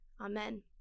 Amen